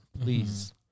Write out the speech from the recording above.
please